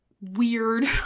weird